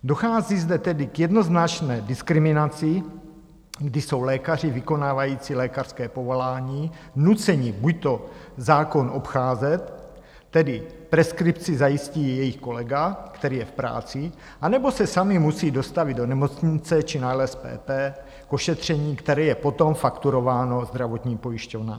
Dochází zde tedy k jednoznačné diskriminaci, kdy jsou lékaři vykonávající lékařské povolání nuceni buďto zákon obcházet, tedy preskripci zajistí jejich kolega, který je v práci, nebo se sami musí dostavit do nemocnice či na LSPP k ošetření, které je potom fakturováno zdravotním pojišťovnám.